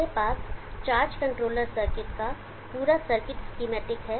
मेरे पास charge controller circuit का पूरा सर्किट एसकेमैटिक है